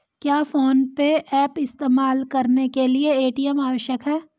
क्या PhonePe app इस्तेमाल करने के लिए ए.टी.एम आवश्यक है?